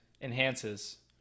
enhances